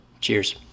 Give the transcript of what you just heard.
Cheers